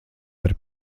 vari